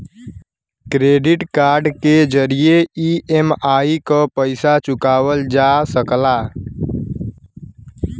credit card के जरिये EMI क पइसा चुकावल जा सकला